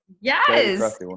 Yes